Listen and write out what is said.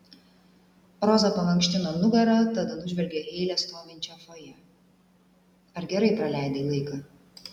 roza pamankštino nugarą tada nužvelgė heile stovinčią fojė ar gerai praleidai laiką